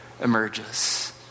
emerges